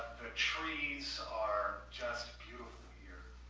the trees are just beautiful here.